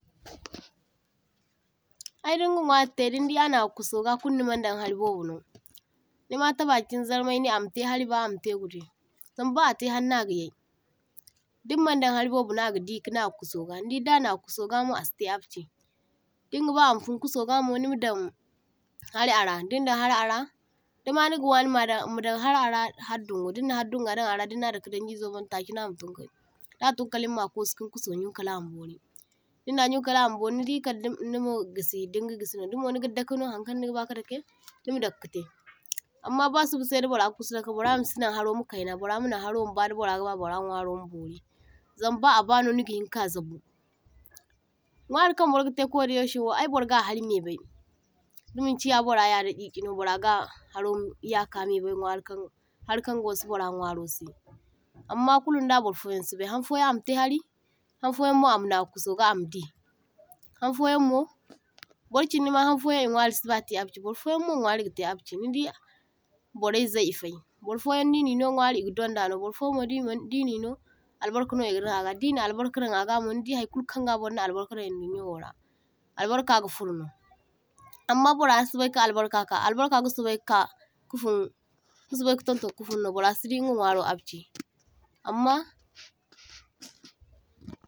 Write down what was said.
toh – toh Ay dinga nwari te din di a nagu kuso ga kul nimaŋ daŋ hari bobo no, nima ta bakiŋ zarmai ne ama te hari ba ama te gude, zam ba ate hari na ga yay, diŋ maŋ daŋ hari bobo na ga di ga nagu kuso ga, nidi da nagu kuso ga mo asi te apki, dinga ba ama fun kuso ga mo nima daŋ hari ara diŋ dan hari ara diŋ ma niga wani ma daŋ madaŋ hari ara har dungo, diŋ na har dunga daŋ ara din na dake danji zo bon take naga tun kai. Da tum kaliŋ ma kosu ka kuso yuŋ kala ma bori, diŋ na yuŋ kala ma bori, nidi kala ni nima gisi diŋ gi gisi no, dimo niga dake no hankaŋ niga ba ka dake nima dake kate amma ba suba sai da bara ga kusu dake bara masi naŋ haro ma kaina bara ma naŋ haro ma ba da bara ga ba bara nwaro ma bori, zam ba a ba no niga hinka zabu. Nwari kaŋ bar ga te ko dayau she wo ai bar ga hari me bai, da maŋ chi ya bara ya dakiki no, bara ga haro iyaka me bai nwari kan hari kaŋ ga wasa bara nwaro se. Amma kuluŋ da bar fo yaŋ si bai, han fo yaŋ ama te hari, han foyaŋ mo ama nagu kuso ga ama di, haŋ foyaŋ mo bar chindi ma hanfoyaŋ I nwari si ba te apki bar fo yaŋ mo nwari ga te apki, nidi barai zai I fai, bar fo yaŋ di ini no nwari I donda no bar foyaŋ mo dimaŋ dini no albarka no iga daŋ aga ,di na albarka daŋ aga mo nidi haŋ kul kan ga bar na albarka dan idon yo wo ra, albarka ga furo no, amma bara si sobai ka albarka ka, albarka ga sobai ka ka fun, ka sobai ka tuŋ tuŋ ka fuŋ no bara si di inga nwaro apki. Amma toh – toh